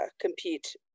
compete